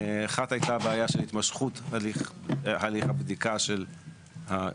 אחת הייתה הבעיה של התמשכות הליך הבדיקה של המינויים.